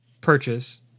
purchase